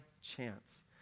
chance